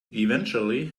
eventually